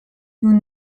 nous